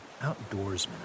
outdoorsman